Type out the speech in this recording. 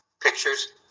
pictures